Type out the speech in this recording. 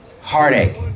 heartache